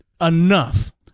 enough